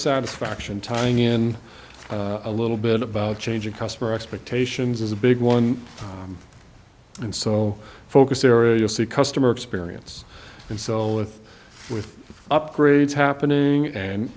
satisfaction tying in a little bit about changing customer expectations is a big one and so focus areas see customer experience and so with with upgrades happening and